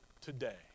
today